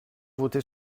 voter